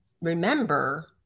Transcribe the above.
remember